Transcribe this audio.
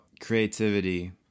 creativity